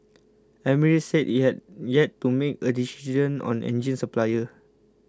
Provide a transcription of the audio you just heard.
Emirates said it had yet to make a decision on engine supplier